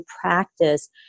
practice